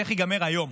איך ייגמר היום.